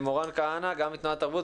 מורן כהנא, גם מתנועת תרבות.